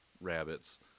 rabbits